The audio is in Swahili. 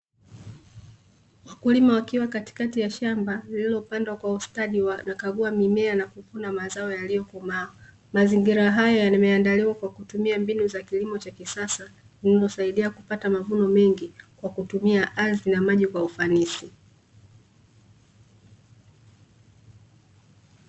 Wakulima wakiwa katikati ya shamba lililopandwa kwa ustadi wanakagua mimea na kuvuna mazao yaliyokomaa, mazingira haya yameandaliwa kwakutumia mbinu za kilimo cha kisasa zinazosaidia kupata mavuno mengi, kwa kutumia ardhi na maji kwa ufanisi.